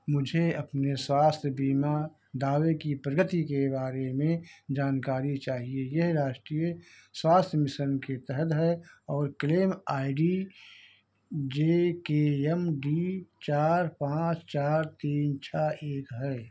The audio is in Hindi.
मुझे अपने स्वास्थ्य बीमा दावे की प्रगति के बारे में जानकारी चाहिए यह राष्ट्रीय स्वास्थ्य मिशन के तहत है और claim I D J K M D चार पाँच चार तीन छह एक है